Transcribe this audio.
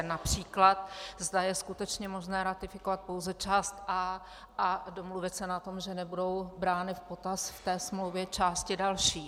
Například zda je skutečně možné ratifikovat pouze část A a domluvit se na tom, že nebudou brány v potaz v té smlouvě části další.